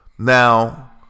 Now